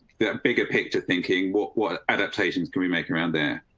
that bigger picture thinking what? what adaptations can we make around there?